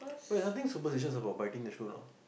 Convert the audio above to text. oh there's nothing superstitious about biting the shoe know